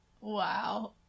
Wow